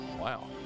Wow